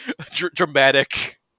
dramatic